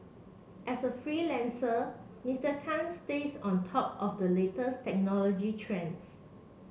as a freelancer Mister Khan stays on top of the latest technology trends